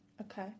Okay